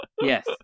yes